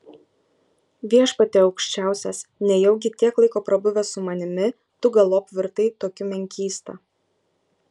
viešpatie aukščiausias nejaugi tiek laiko prabuvęs su manimi tu galop virtai tokiu menkysta